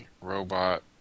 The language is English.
Robot